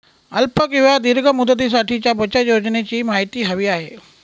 अल्प किंवा दीर्घ मुदतीसाठीच्या बचत योजनेची माहिती हवी आहे